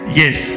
yes